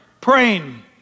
praying